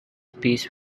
peace